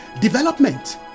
development